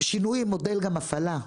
שינוי המודל בהפעלה.